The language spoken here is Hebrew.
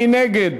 מי נגד?